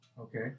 Okay